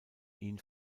ihn